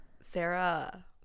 Sarah